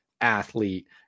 athlete